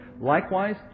Likewise